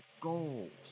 goals